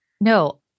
No